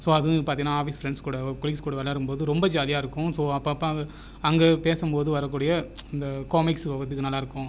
so அது பார்த்தீங்கனா office friends கூட கொலிக்ஸ் கூட விளையாடும் போது ரொம்ப ஜாலியாக இருக்கும் ஸோ அப்போ அப்போ அங்கே அங்கே பேசும் போது வரக்கூடிய அந்த கோமிக்ஸ் வந்து நல்லாயிருக்கும்